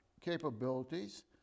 capabilities